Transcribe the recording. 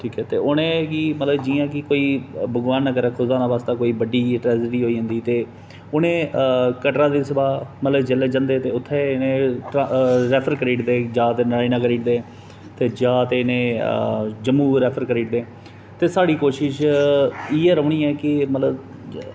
ठीक ऐ ते उ'नेंगी मतलब जि'यां की कोई भगवान न करै खुदा न वास्तै कोई बड्डी ट्रैजिडी होई जंदी ते उ'नें कटरा दे सिवा मतलब जेल्लै जंदे ते उत्थै इनें उत्थुआं रैफर करी ओड़दे जां ते नारायणा करी ओड़दे ते जां ते ने जम्मू रैफर करी ओड़दे ते साढ़ी कोशिश इ'यै रौह्नी ऐ कि मतलब